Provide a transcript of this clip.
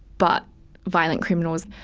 but violent criminals.